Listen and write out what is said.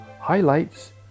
highlights